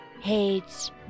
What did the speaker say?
hates